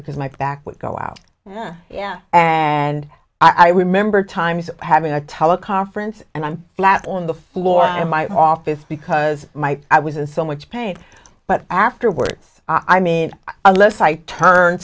because my back would go out yeah and i remember times having a teleconference and i'm flat on the floor i am i off if because my i was in so much pain but afterwards i mean unless i turn